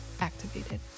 activated